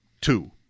Two